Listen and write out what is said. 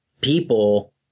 people